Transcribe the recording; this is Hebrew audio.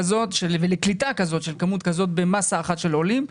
וקליטה של כמות כזאת במסה אחת של עולים?